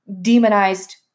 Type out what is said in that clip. demonized